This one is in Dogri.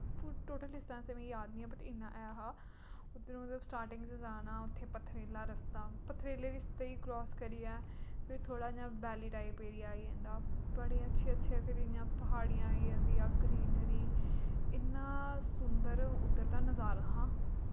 फुल टोटल डिसटैंस ते मिगी याद निं ऐ पर इन्ना ऐ हा उद्धर मतलब स्टार्टिंग च जाना उत्थें पत्थरीला रस्ता पत्थरीले रस्ते गी क्रास करियै फिर थोह्ड़ा इयां वैल्ली टाईप एरिया आई जंदा बड़ी अच्छे अच्छे फिर इयां प्हाड़ियां आई जंदियां ग्रीनरी इन्ना सुंदर उध्दर दा नजारा हा